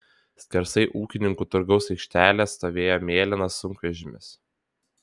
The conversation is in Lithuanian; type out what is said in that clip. skersai ūkininkų turgaus aikštelės stovėjo mėlynas sunkvežimis